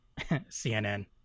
CNN